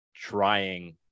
trying